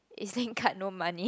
e_z link card no money